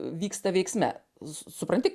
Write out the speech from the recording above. vyksta veiksme s supranti